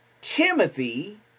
Timothy